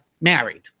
Married